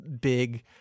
big